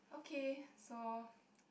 okay so